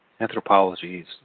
anthropologies